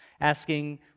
Asking